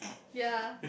ya